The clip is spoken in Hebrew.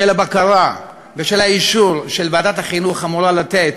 של הבקרה ושל האישור שוועדת החינוך אמורה לתת